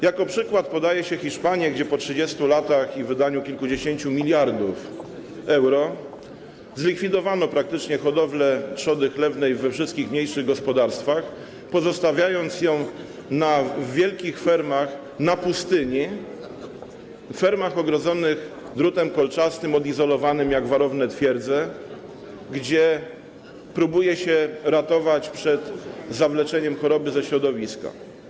Jako przykład podaje się Hiszpanię, gdzie po 30 latach i wydaniu kilkudziesięciu miliardów euro zlikwidowano praktycznie hodowlę trzody chlewnej we wszystkich mniejszych gospodarstwach, pozostawiając ją na wielkich fermach na pustyni, fermach ogrodzonych drutem kolczastym, odizolowanych jak warowne twierdze, gdzie próbuje się ratować przed zawleczeniem choroby ze środowiska.